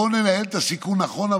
בואו ננהל את הסיכון נכון,